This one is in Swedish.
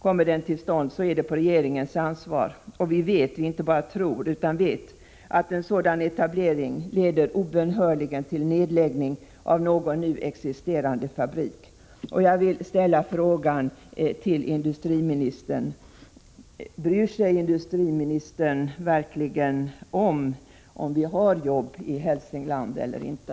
Kommer den till stånd är det på regeringens ansvar. Vi vet, inte bara tror, att en sådan etablering obönhörligen leder till nedläggning av någon nu existerande fabrik. Bryr sig industriministern verkligen om huruvida vi har jobb i Hälsingland eller inte?